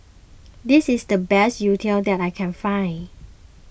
this is the best Youtiao that I can find